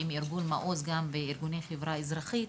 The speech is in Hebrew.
עם ארגון ׳מעוז׳ ועם ארגוני החברה האזרחית,